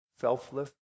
Selfless